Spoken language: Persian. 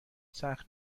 سخت